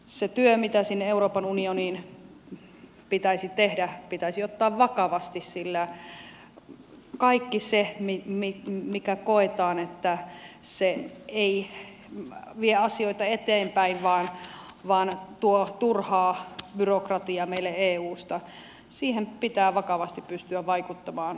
se työ mitä sinne euroopan unioniin pitäisi tehdä pitäisi ottaa vakavasti sillä kaikkeen siihen mikä koetaan sellaiseksi että se ei vie asioita eteenpäin vaan tuo turhaa byrokratiaa meille eusta pitää vakavasti pystyä vaikuttamaan